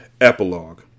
Epilogue